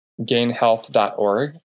gainhealth.org